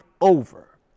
over